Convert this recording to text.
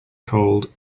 cold